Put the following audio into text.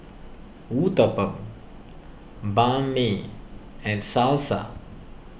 Uthapam Banh Mi and Salsa